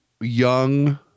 young